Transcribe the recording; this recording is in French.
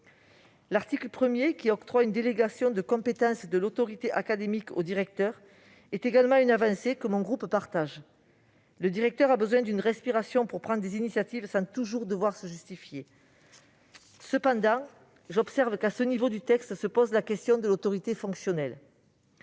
L'article 1, qui octroie une délégation de compétences de l'autorité académique aux directeurs, est également une avancée, que mon groupe partage. Le directeur a besoin d'une respiration pour prendre des initiatives sans devoir toujours se justifier. Cependant, j'observe que, à ce niveau du texte, se pose la question de l'autorité fonctionnelle.